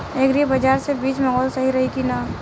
Agri बाज़ार से बीज मंगावल सही रही की ना?